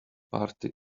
party